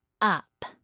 up